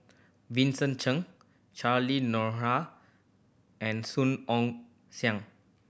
Vincent Cheng Cheryl Noronha and Song Ong Siang